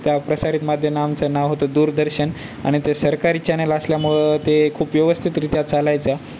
त्या प्रसारित माध्यमाचं नाव होतं दूरदर्शन आणि ते सरकारी चॅनल असल्यामुळं ते खूप व्यवस्थितरित्या चालायचं